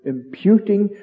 Imputing